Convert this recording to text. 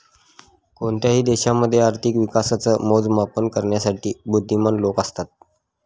कोणत्याही देशामध्ये आर्थिक विकासाच मोजमाप करण्यासाठी बुध्दीमान लोक असतात